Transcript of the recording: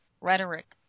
rhetoric